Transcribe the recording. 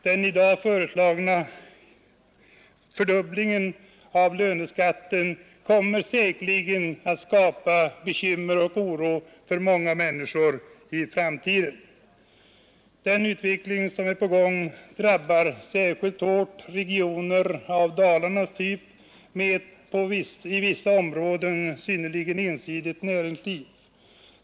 Den i dag föreslagna fördubblingen av löneskatten kommer säkerligen att skapa bekymmer och oro för många människor i framtiden. Den utveckling som är på gång drabbar särskilt hårt regioner av Dalarnas typ, med ett i vissa områden synnerligen ensidigt näringsliv.